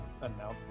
announcement